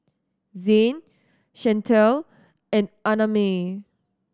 Zayne Chantal and Annamae